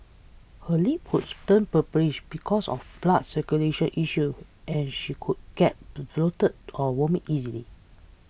her lips would turn purplish because of blood circulation issues and she could get bloated or vomit easily